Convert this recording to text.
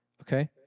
Okay